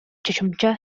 чочумча